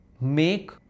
make